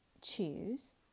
choose